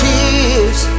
Tears